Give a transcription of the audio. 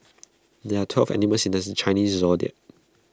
there are twelve animals in does the Chinese Zodiac